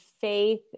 faith